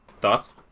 Thoughts